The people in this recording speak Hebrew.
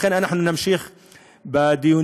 לכן, אנחנו נמשיך בדיונים.